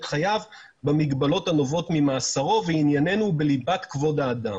חייו במגבלות הנובעות ממאסרו ועניינינו בליבת כבוד האדם